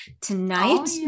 tonight